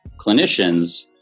clinicians